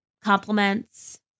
compliments